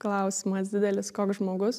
klausimas didelis koks žmogus